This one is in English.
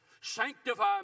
Sanctify